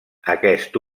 aquest